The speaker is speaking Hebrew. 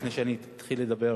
לפני שאני אתחיל לדבר